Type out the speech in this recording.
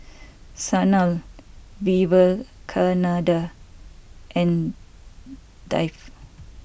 Sanal Vivekananda and Dev